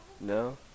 No